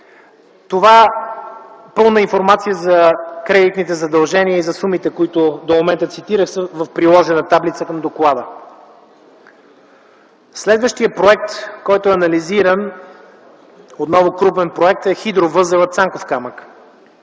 лв. Пълна информация за кредитните задължения и за сумите, които до момента цитирах, са в приложена таблица към доклада. Следващият проект, който е анализиран, отново крупен проект, е хидровъзелът „Цанков камък”.